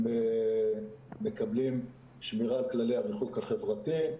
הם מקבלים שמירה על כללי הריחוק החברתי.